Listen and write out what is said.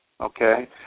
Okay